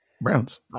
Browns